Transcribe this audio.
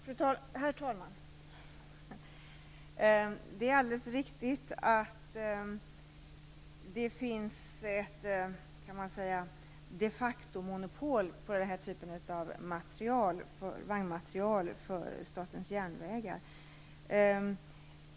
Herr talman! Det är alldeles riktigt att SJ har ett slags de facto-monopol beträffande den här typen av vagnmateriel.